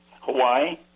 Hawaii